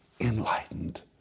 enlightened